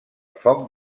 foc